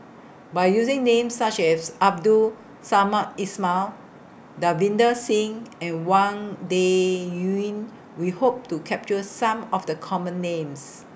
By using Names such as Abdul Samad Ismail Davinder Singh and Wang Dayuan We Hope to capture Some of The Common Names